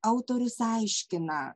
autorius aiškina